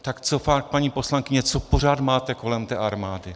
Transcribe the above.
Tak co, paní poslankyně, co pořád máte kolem té armády?